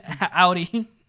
Audi